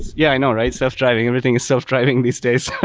yeah. i know, right? self-driving. everything is self-driving these days.